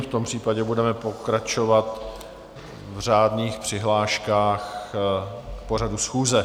V tom případě budeme pokračovat v řádných přihláškách k pořadu schůze.